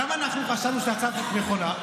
למה אנחנו חשבנו שהצעת החוק הזאת נכונה?